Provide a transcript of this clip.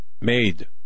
made